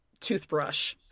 toothbrush